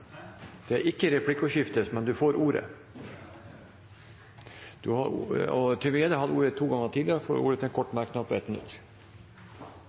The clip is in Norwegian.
at det ikke skjer. Representanten Bård Vegar Solhjell har hatt ordet to ganger tidligere og får ordet til en kort merknad, begrenset til 1 minutt.